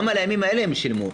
גם על הימים האלה הם שילמו.